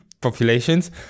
populations